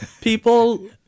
people